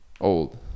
old